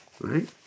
right